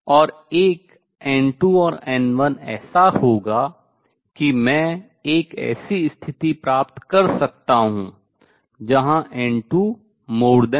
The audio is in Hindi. और एक n2 और n1 ऐसा होगा कि मैं एक ऐसी स्थिति प्राप्त कर सकता हूँ जहां n2n1है